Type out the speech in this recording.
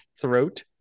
throat